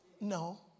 No